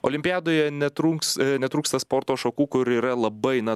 olimpiadoje netrūks netrūksta sporto šakų kur yra labai na